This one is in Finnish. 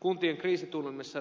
kuntien kriisitunnelmissa